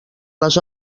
les